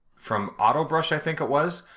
from otobrush, i think it was.